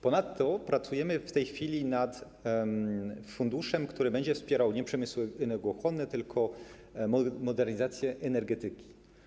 Ponadto pracujemy w tej chwili nad funduszem, który będzie wspierał nie przemysły energochłonne, tylko modernizację energetyki.